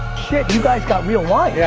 shit, you guys got real wine. yeah